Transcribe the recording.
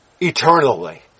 eternally